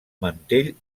mantell